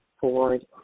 forward